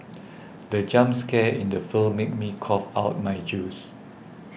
the jump scare in the film made me cough out my juice